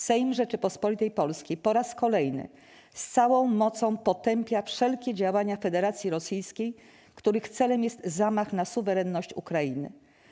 Sejm Rzeczypospolitej Polskiej po raz kolejny z całą mocą potępia wszelkie działania Federacji Rosyjskiej, których celem jest zamach na suwerenność Ukrainy.